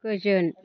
गोजोन